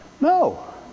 No